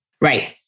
Right